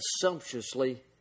sumptuously